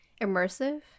immersive